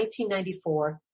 1994